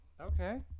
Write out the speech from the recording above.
Okay